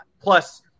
Plus